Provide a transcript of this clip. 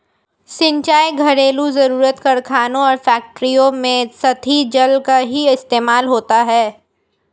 सिंचाई, घरेलु जरुरत, कारखानों और फैक्ट्रियों में सतही जल का ही इस्तेमाल होता है